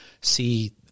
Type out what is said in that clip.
see